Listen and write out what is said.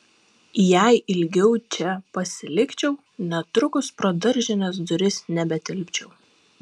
jei ilgiau čia pasilikčiau netrukus pro daržinės duris nebetilpčiau